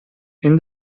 این